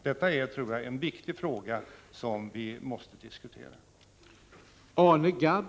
Det är en viktig fråga som vi måste diskutera vidare.